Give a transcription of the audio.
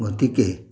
গতিকে